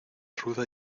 ruda